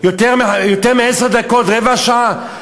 יותר מעשר דקות, רבע שעה?